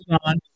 on